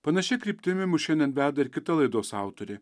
panašia kryptimi mus šiandien veda ir kita laidos autorė